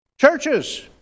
churches